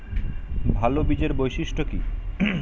ভাল বীজের বৈশিষ্ট্য কী?